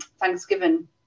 Thanksgiving